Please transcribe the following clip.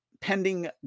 pending